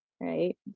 right